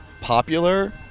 popular